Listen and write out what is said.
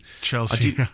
Chelsea